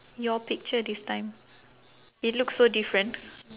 your picture this time it looks so different